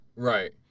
Right